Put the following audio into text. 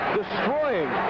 destroying